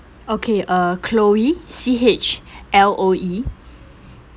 okay uh chloe C H L O E